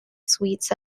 sweets